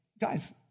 guys